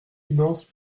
finances